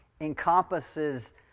encompasses